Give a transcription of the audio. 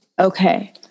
Okay